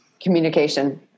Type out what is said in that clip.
Communication